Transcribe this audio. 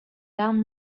d’armes